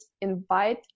invite